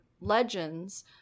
legends